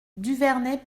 duvernet